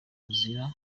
ruzira